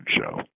show